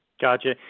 gotcha